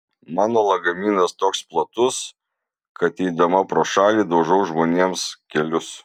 mano lagaminas toks platus kad eidama pro šalį daužau žmonėms kelius